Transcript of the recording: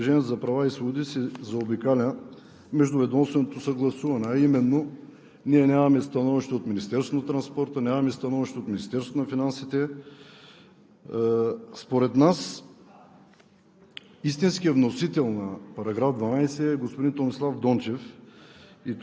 Защо тази поправка е в заключителните разпоредби? Според нас, от „Движението за права и свободи“, се заобикаля междуведомственото съгласуване – нямаме становище от Министерството на транспорта, нямаме становище и от Министерството на финансите. Според нас